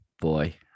boy